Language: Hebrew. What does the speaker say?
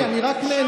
אתה יודע זאת היטב,